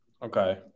Okay